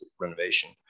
renovation